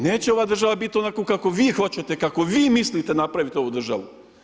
Neće ova država biti onako kako vi hoćete, kako vi mislite napraviti ovu državu.